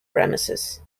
premises